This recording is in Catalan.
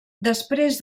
després